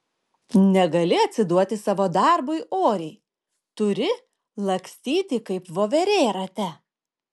negali atsiduoti savo darbui oriai turi lakstyti kaip voverė rate